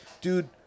dude